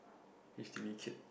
h_d_b kid